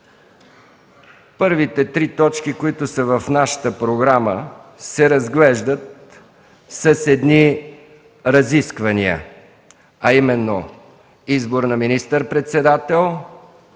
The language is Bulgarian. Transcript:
първите три точки, които са в нашата програма, се разглеждат с едни разисквания, а именно избор на министър-председател,